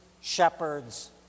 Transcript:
shepherds